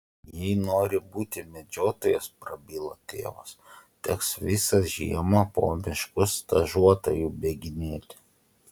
jei nori būti medžiotojas prabilo tėvas teks visą žiemą po miškus stažuotoju bėginėti